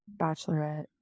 Bachelorette